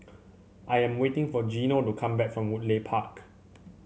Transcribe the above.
I am waiting for Geno to come back from Woodleigh Park